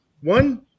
One